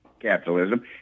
Capitalism